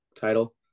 title